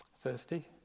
Thirsty